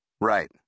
Right